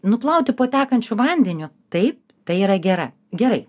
nuplauti po tekančiu vandeniu taip tai yra gera gerai